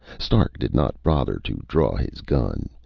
stark did not bother to draw his gun.